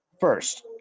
First